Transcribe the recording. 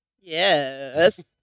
Yes